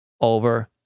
over